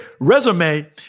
resume